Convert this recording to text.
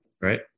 right